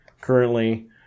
currently